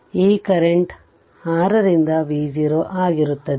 ಈ ಕರೆಂಟ್ 6 ರಿಂದ V0 ಆಗಿರುತ್ತದೆ